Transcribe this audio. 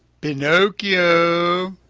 pinocchio!